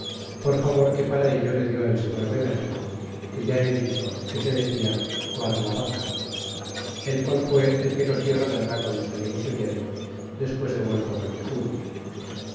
con favor que para ello le di el señor de méxico que ya he dicho que se decia coadlavaca el qual fué el que nos di la guerra guando salimos huyendo despues de muerto montezuma